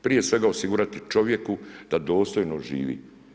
Prije svega osigurati čovjeku da dostojno živi.